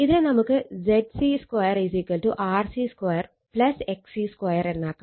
ഇതിനെ നമുക്ക് ZC 2 RC 2 XC 2 എന്നാക്കാം